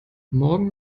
morgen